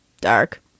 dark